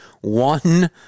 one